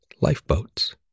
lifeboats